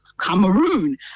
Cameroon